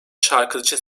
şarkıcı